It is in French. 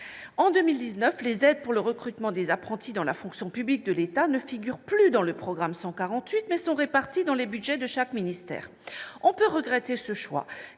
En 2019, les aides pour le recrutement des apprentis dans la fonction publique de l'État ne figurent plus dans le programme 148, mais sont réparties entre les budgets de chaque ministère. On peut regretter ce choix,